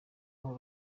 uwo